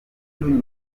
burundu